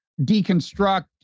deconstruct